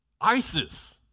ISIS